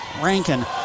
Rankin